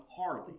Harley